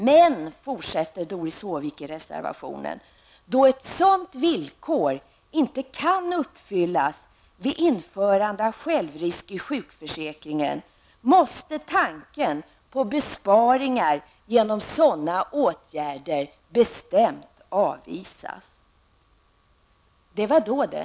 Men, fortsätter Doris Håvik i reservationen, då ett sådant villkor inte kan uppfyllas vid införande av självrisk i sjukförsäkringen, måste tanken på besparingar genom sådana åtgärder bestämt avvisas. Det var då det.